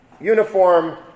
uniform